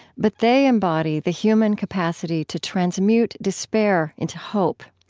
but they embody the human capacity to transmute despair into hope.